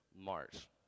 March